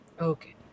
Okay